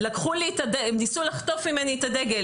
אתם מייצגים את עצמכם.